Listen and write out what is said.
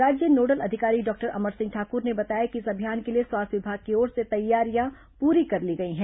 राज्य नोडल अधिकारी डॉक्टर अमर सिंह ठाकुर ने बताया कि इस अभियान के लिए स्वास्थ्य विभाग की ओर से तैयारियां पूरी कर ली गई हैं